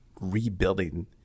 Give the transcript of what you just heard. rebuilding